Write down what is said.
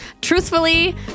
Truthfully